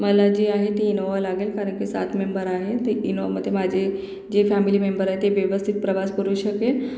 मला जी आहे ती इनोवा लागेल कारण की सात मेंबर आहे ते इनोवामध्ये माझे जे फॅमिली मेंबर आहे ते व्यवस्थित प्रवास करू शकेल